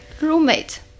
roommate